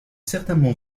certainement